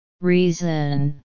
Reason